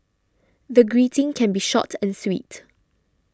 the greeting can be short and sweet